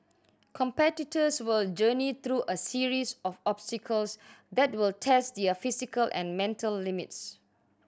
competitors will journey through a series of obstacles that will test their physical and mental limits